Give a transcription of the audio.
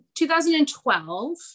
2012